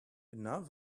enough